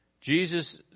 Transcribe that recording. Jesus